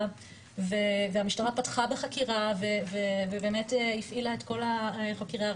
והמשטרה פתחה בחקירה ובאמת הפעילה את כל החקירה,